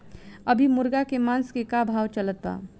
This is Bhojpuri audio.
अभी मुर्गा के मांस के का भाव चलत बा?